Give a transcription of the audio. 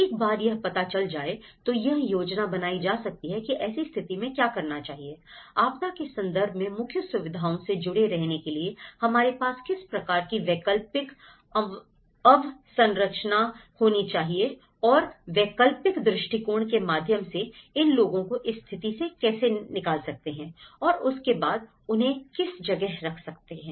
एक बार यह पता चल जाए तो यह योजना बनाई जा सकती है कि ऐसी स्थिति में क्या करना चाहिए आपदा के संदर्भ में मुख्य सुविधाओं से जुड़े रहने के लिए हमारे पास किस प्रकार की वैकल्पिक अवसंरचना होनी चाहिए और वैकल्पिक दृष्टिकोण के माध्यम से इन लोगों को इस स्थिति से कैसे निकाल सकते हैं और उसके बाद उन्हें किस जगह रख सकते हैं